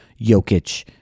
Jokic